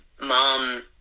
mom